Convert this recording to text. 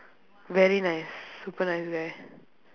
very nice super nice guy